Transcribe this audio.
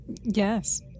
Yes